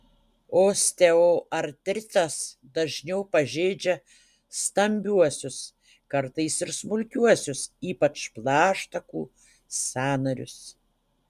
osteoartritas dažniau pažeidžia stambiuosius kartais ir smulkiuosius ypač plaštakų sąnarius